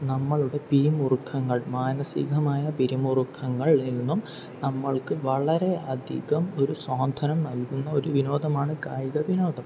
നമ്മളുടെ പിരിമുറുക്കങ്ങൾ മാനസികമായ പിരിമുറുക്കങ്ങൾ ഇന്നും നമ്മൾക്ക് വളരെ അധികം ഒരു സ്വാന്തനം നൽകുന്ന വിനോദമാണ് കായിക വിനോദം